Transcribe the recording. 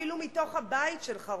אפילו מתוך הבית שלך,